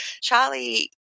Charlie